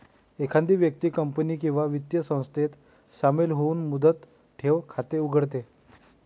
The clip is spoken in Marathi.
एखादी व्यक्ती कंपनी किंवा वित्तीय संस्थेत शामिल होऊन मुदत ठेव खाते उघडते